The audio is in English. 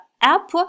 app